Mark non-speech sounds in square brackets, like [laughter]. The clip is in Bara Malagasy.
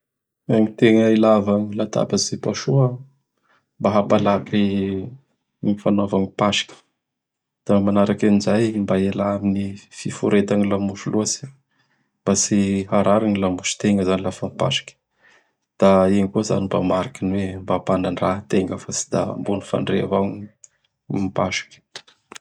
[noise] Gny tegna ilava gny latabatsy fipasoa, [noise] mba hampalaky [noise] gny fanaova gnyy mpasoky. [noise] Da manaraky an'izay [noise] mba iala amin'ñy fiforetan'ny lamosy loatsy. [noise] Mba tsy harary [noise] gny lamositegna izany laha fa mipasoky. [noise] Da igny koa izany [noise] mba mariky gny hoe mba mpanandraha [noise] ategna fa tsy da ambony fandria avao mipasoky. [noise]